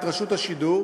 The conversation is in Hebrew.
את רשות השידור.